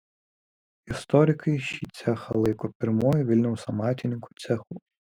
istorikai šį cechą laiko pirmuoju vilniaus amatininkų cechu